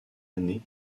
année